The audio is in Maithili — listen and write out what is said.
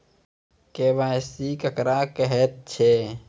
के.वाई.सी केकरा कहैत छै?